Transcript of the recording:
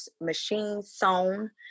machine-sewn